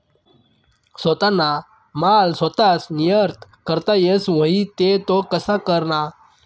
सोताना माल सोताच निर्यात करता येस व्हई ते तो कशा कराना?